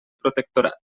protectorat